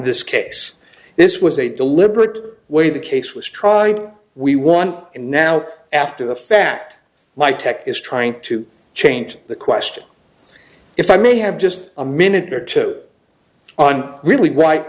this case this was a deliberate way the case was tried we won and now at the fact my tech is trying to change the question if i may have just a minute or two on really